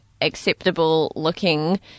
acceptable-looking